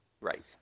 Right